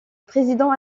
président